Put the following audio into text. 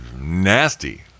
nasty